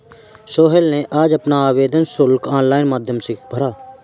सोहेल ने आज अपना आवेदन शुल्क ऑनलाइन माध्यम से भरा